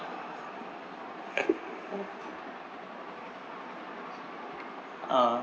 ah